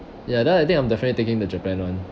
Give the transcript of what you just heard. ya then I think I'm definitely taking the japan [one]